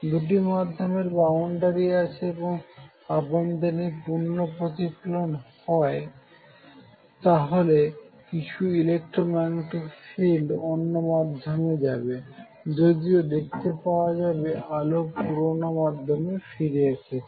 দুটি মাধ্যমের বাউন্ডারি আছে এবং অভ্যন্তরীণ পূর্ণ প্রতিফলন হয় তাহলে কিছু ইলেক্ট্রো ম্যাগনেটিক ফিল্ড অন্য মাধ্যমে যাবে যদিও দেখতে পাওয়া যাবে আলো পুরনো মাধ্যমে ফিরে এসেছে